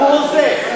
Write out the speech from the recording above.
הוא הוזה.